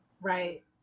Right